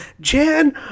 Jan